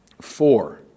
Four